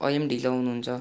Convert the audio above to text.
अहिले पनि ढिलो आउनुहुन्छ